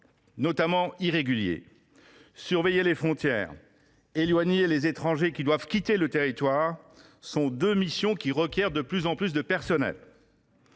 notamment irréguliers. Surveiller les frontières et éloigner les étrangers qui doivent quitter notre territoire sont deux missions qui requièrent de plus en plus de personnel.